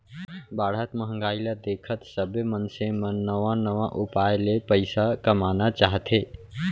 बाढ़त महंगाई ल देखत सबे मनसे मन नवा नवा उपाय ले पइसा कमाना चाहथे